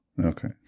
Okay